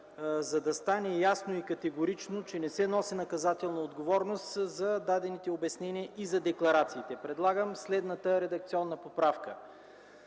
За да стане ясно и категорично, че не се носи наказателна отговорност за дадените обяснения и за декларациите, предлагам следната редакционна поправка